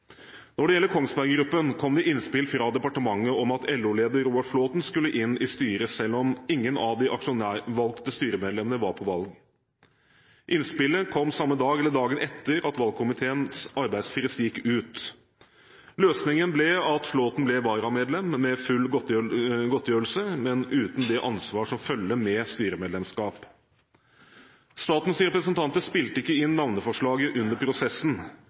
Når det gjelder Kongsberg Gruppen, kom det innspill fra departementet om at LO-leder Roar Flåthen skulle inn i styret selv om ingen av de aksjonærvalgte styremedlemmene var på valg. Innspillet kom samme dag eller dagen etter at valgkomiteens arbeidsfrist gikk ut. Løsningen ble at Flåthen ble varamedlem med full godtgjørelse, men uten det ansvar som følger med styremedlemskap. Statens representanter spilte ikke inn navneforslaget under prosessen.